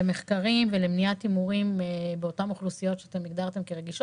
למחקר ולמניעת הימורים באותן אוכלוסיות שאתם הגדרתם כרגישות?